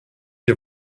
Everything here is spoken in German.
wir